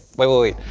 wait wait wait.